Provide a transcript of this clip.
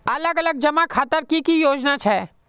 अलग अलग जमा खातार की की योजना छे?